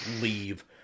leave